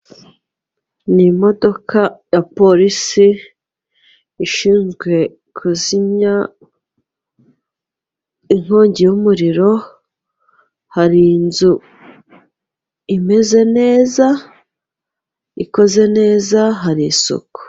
Ni imodoka ya polisi ishinzwe kuzimya inkongi y'umuriro, hari inzu imeze neza, ikoze neza, hari isuku.